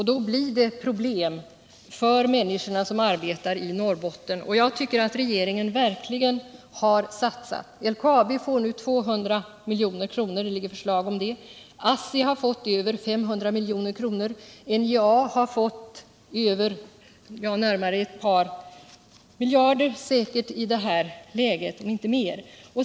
Då blir det ett problem för de människor som arbetar i Norrbotten. Jag tycker verkligen att regeringen har satsat. Det ligger förslag om att LKAB skall få 200 milj.kr., ASSI har fått över 500 milj.kr., NJA har fått närmare ett par miljarder om inte mer i det här läget.